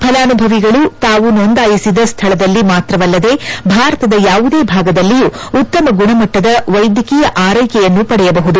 ಫಲಾನುಭವಿಗಳು ತಾವು ನೋಂದಾಯಿಸಿದ ಸ್ಥಳದಲ್ಲಿ ಮಾತ್ರವಲ್ಲದೆ ಭಾರತದ ಯಾವುದೇ ಭಾಗದಲ್ಲಿಯೂ ಉತ್ತಮ ಗುಣಮಟ್ಟದ ವೈದ್ಯಕೀಯ ಆರೈಕೆಯನ್ನು ಪಡೆಯಬಹುದು